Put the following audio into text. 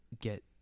get